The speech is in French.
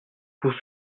pour